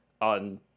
on